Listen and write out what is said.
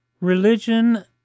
Religion